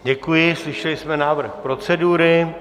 Děkuji, slyšeli jsme návrh procedury.